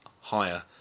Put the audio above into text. higher